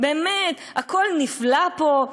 באמת הכול נפלא פה?